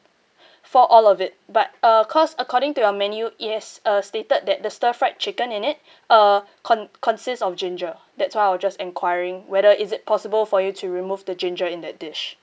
for all of it but uh because according to your menu it has uh stated that the stir fried chicken in it uh con~ consists of ginger that's why I was just enquiring whether is it possible for you to remove the ginger in that dish